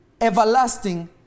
everlasting